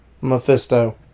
Mephisto